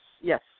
yes